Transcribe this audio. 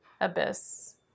abyss